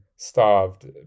starved